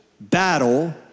battle